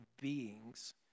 beings